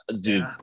Dude